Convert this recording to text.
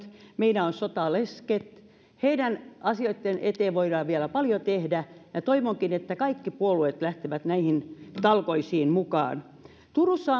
meillä on sotalesket joiden asioitten eteen voidaan vielä paljon tehdä ja toivonkin että kaikki puolueet lähtevät näihin talkoisiin mukaan turussa